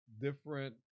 different